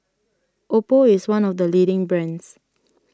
Oppo is one of the leading brands